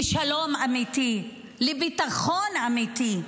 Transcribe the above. לשלום אמיתי, לביטחון אמיתי,